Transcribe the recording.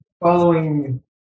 Following